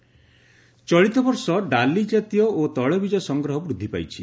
ଡାଲି ସଂଗ୍ରହ ଚଳିତବର୍ଷ ଡାଲି ଜାତୀୟ ଓ ତୈଳବୀଜ ସଂଗ୍ରହ ବୃଦ୍ଧି ପାଇଛି